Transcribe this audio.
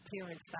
parents